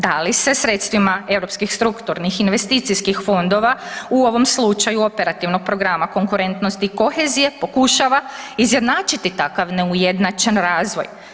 Da li se sredstvima europskih strukturnih i investicijskih fondova u ovom slučaju Operativnog programa konkurentnost i kohezija pokušava izjednačiti takav neujednačen razvoj?